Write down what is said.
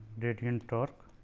gradient torque